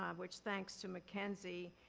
um which, thanks to mackenzie,